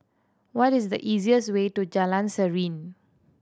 what is the easiest way to Jalan Serene